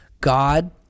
God